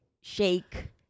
shake